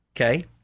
okay